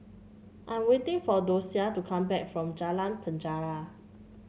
I'm waiting for Dosia to come back from Jalan Penjara